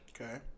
okay